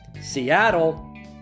Seattle